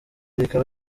rikaba